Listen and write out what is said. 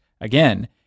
Again